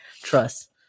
trust